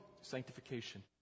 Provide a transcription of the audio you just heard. Sanctification